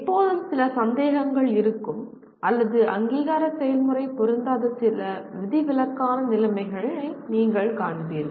எப்போதும் சில சந்தேகங்கள் இருக்கும் அல்லது அங்கீகார செயல்முறை பொருந்தாத சில விதிவிலக்கான நிலைமைகளை நீங்கள் காண்பீர்கள்